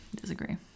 disagree